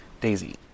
daisy